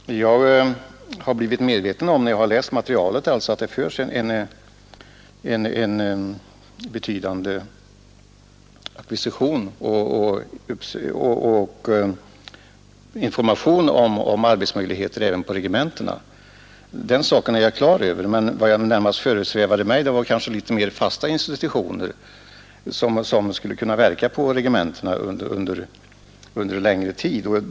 Fru talman! När jag har läst materialet har jag blivit medveten om att det även vid regementena förekommer en omfattande ackvisitionsverksamhet för att skaffa de utryckande arbete och att det där också lämnas en betydande information om arbetsmöjligheterna. Vad som närmast föresvävade mig var att man här skulle kunna ha en fastare ordning som kunde verka på regementena under längre tid.